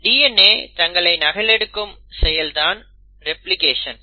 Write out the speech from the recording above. DNA தங்களை நகலெடுக்கும் செயல்தான் ரெப்ளிகேஷன்